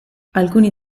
alcuni